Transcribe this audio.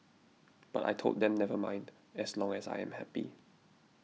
but I told them never mind as long as I am happy